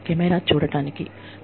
camera చూడటానికి నేను నేర్చుకున్నాను